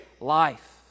life